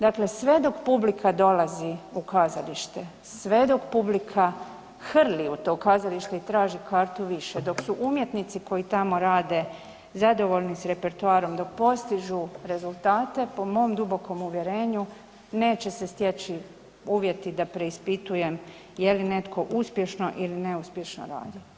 Dakle, sve dok publika dolazi u kazalište, sve dok publika hrli u to kazalište i traži kartu više, dok su umjetnici koji tamo rade zadovoljni s repertoarom, dok postižu rezultate, po mom dubokom uvjerenju neće se steći uvjeti da preispitujem je li netko uspješno ili neuspješno radio.